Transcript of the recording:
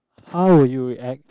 how will you react